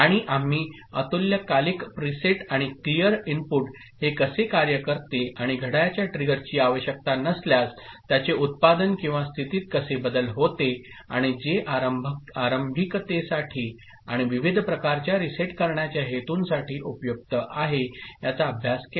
आणि आम्ही अतुल्यकालिक प्रीसेट आणि क्लियर इनपुट हे कसे कार्य करते आणि घड्याळाच्या ट्रिगरची आवश्यकता नसल्यास त्याचे उत्पादन किंवा स्थितीत कसे बदल होते आणि जे आरंभिकतेसाठी आणि विविध प्रकारच्या रीसेट करण्याच्या हेतूंसाठी उपयुक्त आहे याचा अभ्यास केला